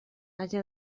haja